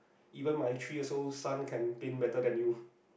even my three also son can paint better then you